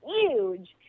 huge